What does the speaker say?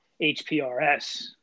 HPRS